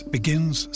Begins